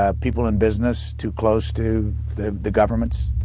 ah people in business too close to the the governments?